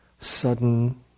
sudden